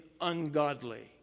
ungodly